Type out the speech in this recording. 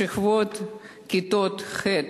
שכבת כיתות ח'